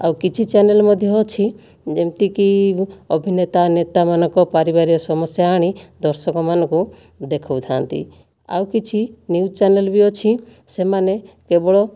ଆଉ କିଛି ଚ୍ୟାନେଲ୍ ମଧ୍ୟ ଅଛି ଯେମିତିକି ଅଭିନେତା ନେତାମାନଙ୍କ ପାରିବାରିକ ସମସ୍ୟା ଆଣି ଦର୍ଶକମାନଙ୍କୁ ଦେଖାଉଥାନ୍ତି ଆଉ କିଛି ନ୍ୟୁଜ୍ ଚ୍ୟାନେଲ୍ ବି ଅଛି ସେମାନେ କେବଳ